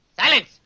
Silence